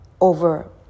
over